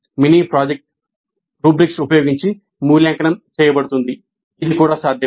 mini project rubrics ఉపయోగించి మూల్యాంకనం చేయబడుతుంది ఇది కూడా సాధ్యమే